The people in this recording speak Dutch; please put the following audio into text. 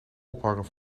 ophangen